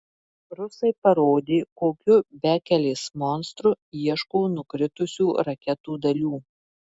rusai parodė kokiu bekelės monstru ieško nukritusių raketų dalių